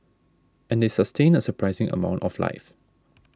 and they sustain a surprising amount of life